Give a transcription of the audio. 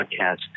podcast